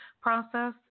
process